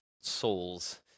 souls